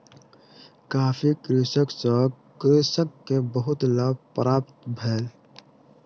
coffee कृषि सॅ कृषक के बहुत लाभ प्राप्त भेल